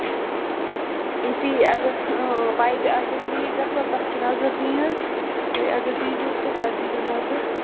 تی اگر پایپہِ آسٮ۪س لیٖک گَژھان تتھ چھِ نَظَر دِنۍ حظ تُہۍ اگر ییٖہِو تہٕ تتھ دیٖہِو نَظَر